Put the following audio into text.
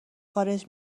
خارج